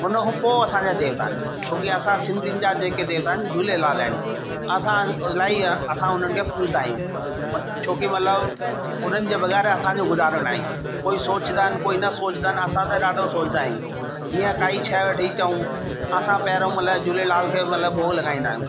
हुनखां पोइ असांजा देवता आहिनि छो की असां सिंधियुनि जा जेके देवता आहिनि झूलेलाल आहिनि असां इलाही असां उन्हनि खे पुॼींदा आहियूं छो की मतिलबु उन्हनि जे बग़ैर असांजो गुज़ारो न आहे कोई सोचींदा आहिनि कोई न सोचींदा आहिनि असां त ॾाढो सोचींदा आहियूं जीअं काई शइ वठी अचऊं असां पहिरियों मतिलबु झूलेलाल खे मतिलबु भोॻु लॻाईंदा आहियूं